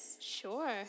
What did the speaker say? Sure